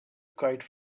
kite